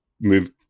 move